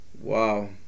wow